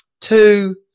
two